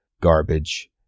garbage